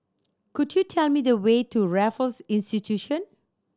could you tell me the way to Raffles Institution